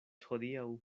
hodiaŭ